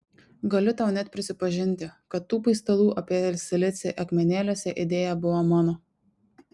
galiu tau net prisipažinti kad tų paistalų apie silicį akmenėliuose idėja buvo mano